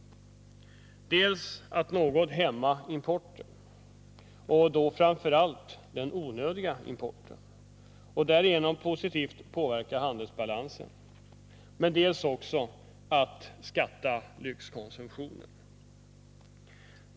Det är dels att något hämma importen - framför allt den onödiga importen — och därigenom positivt påverka handelsbalansen, dels att beskatta lyxkonsumtion.